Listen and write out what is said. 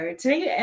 today